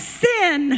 sin